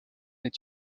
est